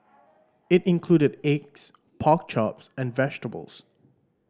it included eggs pork chops and vegetables